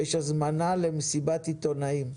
ויש הזמנה למסיבת עיתונאים.